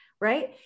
right